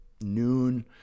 noon